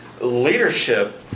leadership